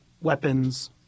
weapons